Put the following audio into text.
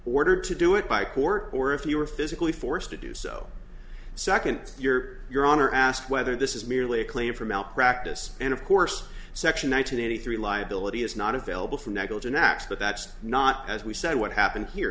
ordered to do it by court or if you were physically forced to do so second year your honor asked whether this is merely a claim for malpractise and of course section nine hundred eighty three liability is not available for negligent acts but that's not as we said what happened here